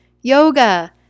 yoga